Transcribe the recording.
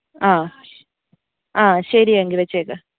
ആ ആ ശരി എങ്കിൽ വെച്ചേക്ക്